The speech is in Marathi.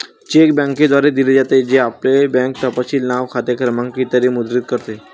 चेक बँकेद्वारे दिले जाते, जे आपले बँक तपशील नाव, खाते क्रमांक इ मुद्रित करते